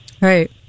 Right